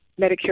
Medicare